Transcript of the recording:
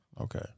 Okay